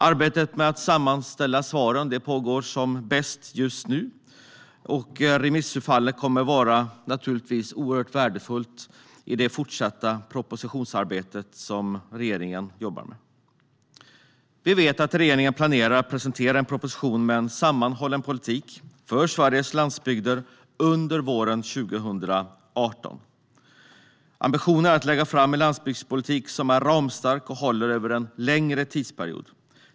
Arbetet med att sammanställa svaren pågår nu som bäst, och remissutfallet kommer naturligtvis att vara oerhört värdefullt i regeringens fortsatta propositionsarbete. Vi vet att regeringen planerar att presentera en proposition med en sammanhållen politik för Sveriges landsbygder under våren 2018. Ambitionen är att lägga fram en landsbygdspolitik som är ramstark och håller över en längre tidsperiod.